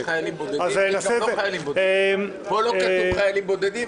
פה לא כתוב חיילים בודדים,